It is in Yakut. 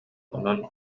онон